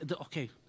Okay